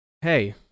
Hey